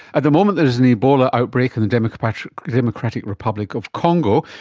at the moment there's an ebola outbreak in the democratic democratic republic of congo,